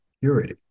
purity